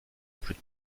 plus